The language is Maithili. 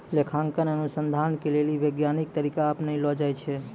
लेखांकन अनुसन्धान के लेली वैज्ञानिक तरीका अपनैलो जाय छै